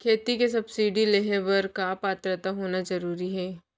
खेती के सब्सिडी लेहे बर का पात्रता होना जरूरी हे?